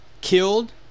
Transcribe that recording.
killed